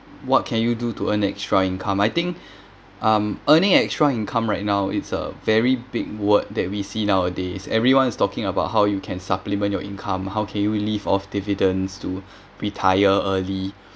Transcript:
what can you do to earn extra income I think um earning extra income right now it's a very big word that we see nowadays everyone is talking about how you can supplement your income how can you live off dividends to retire early